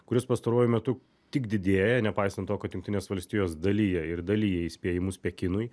kuris pastaruoju metu tik didėja nepaisant to kad jungtinės valstijos dalija ir dalija įspėjimus pekinui